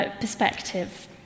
perspective